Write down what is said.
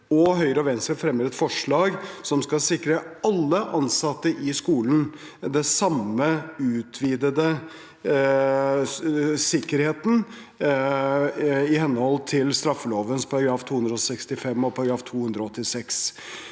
Høyre og Venstre fremmer et forslag som skal sikre alle ansatte i skolen den samme utvidede sikkerheten i henhold til straffeloven § 265 og § 286.